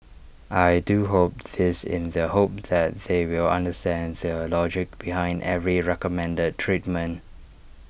I do hope this in the hope that they will understand the logic behind every recommended treatment